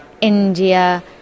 India